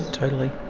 totally.